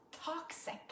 toxic